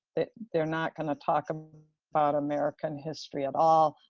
that they're not going to talk um about american history at all.